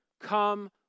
Come